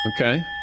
Okay